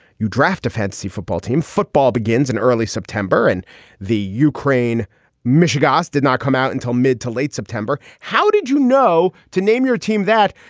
you draft offensive football team. football begins in early september and the ukraine mishegoss did not come out until mid to late september. how did you know to name your team that?